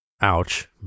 Ouch